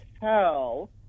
tell